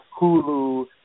Hulu